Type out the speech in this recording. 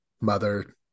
mother